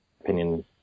opinion